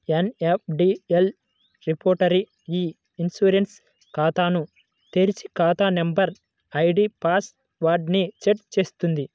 NSDL repository e insurance ఖాతాను తెరిచి, ఖాతా నంబర్, ఐడీ పాస్ వర్డ్ ని సెట్ చేస్తుంది